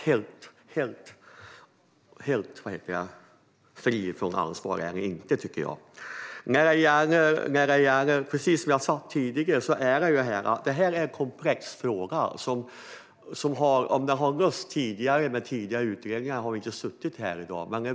Helt fria från ansvar tycker jag alltså inte att ni är. Precis som jag sagt tidigare är detta en komplex fråga. Om den hade lösts med tidigare utredningar hade vi inte suttit här i dag.